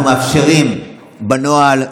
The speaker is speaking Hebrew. אנחנו מאפשרים בנוהל,